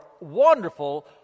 wonderful